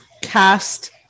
cast